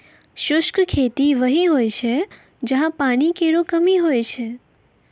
शुष्क खेती वहीं होय छै जहां पानी केरो कमी होय छै